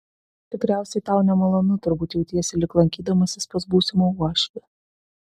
tikriausiai tau nemalonu turbūt jautiesi lyg lankydamasis pas būsimą uošvį